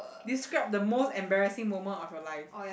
describe the most embarrassing moment of your life